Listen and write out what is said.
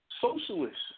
socialists